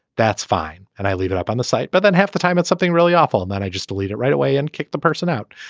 that's fine and i leave it up on the site but then half the time it's something really awful and then i just delete it right away and kick the person out.